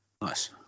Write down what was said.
Nice